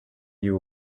you